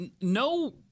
no